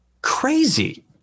crazy